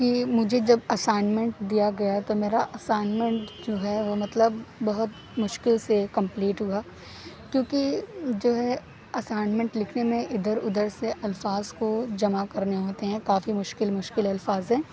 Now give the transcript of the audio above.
کہ مجھے جب اسائنمنٹ دیا گیا تو میرا اسائنمنٹ جو ہے وہ مطلب بہت مشکل سے کمپلیٹ ہوا کیونکہ جو ہے اسائنمنٹ لکھنے میں ادھر ادھر سے الفاظ کو جمع کرنے ہوتے ہیں کافی مشکل مشکل الفاظ ہیں